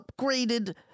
upgraded